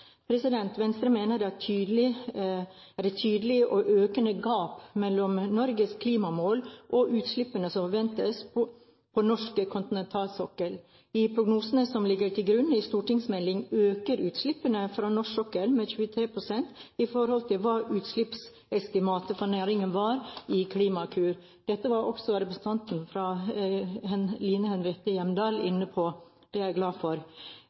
Venstre mener det er et tydelig og økende gap mellom Norges klimamål og utslippene som forventes på norsk kontinentalsokkel. I prognosene som ligger til grunn i stortingsmeldingen, øker utslippene fra norsk sokkel med 23 pst. i forhold til hva utslippsestimatet fra næringen var i Klimakur. Dette var også representanten Line Henriette Hjemdal inne på – det er jeg glad for.